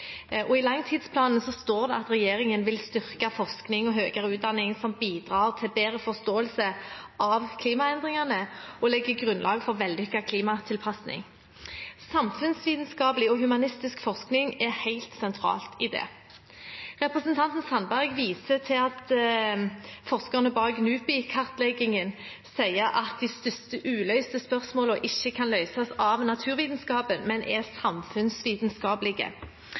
I langtidsplanen står det at regjeringen vil styrke forskning og høyere utdanning som bidrar til bedre forståelse av klimaendringene og legger grunnlag for vellykket klimatilpasning. Samfunnsvitenskapelig og humanistisk forskning er helt sentralt i det. Representanten Sandberg viser til at forskerne bak NUPI-kartleggingen sier at de største uløste spørsmålene ikke kan løses av naturvitenskapen, men er